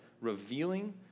revealing